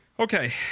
Okay